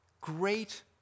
great